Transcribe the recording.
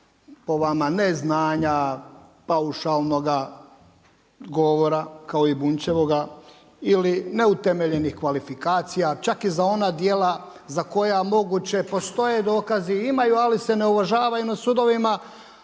po vama ne znanja paušalnoga govora kao i Bunjčevoga ili neutemeljenih kvalifikacija čak i za ona djela za koja moguće postoje dokazi i imaju, ali se ne uvažavaju na sudovima